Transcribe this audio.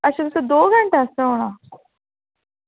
अच्छा तुसें दौ घैंटे आस्तै औना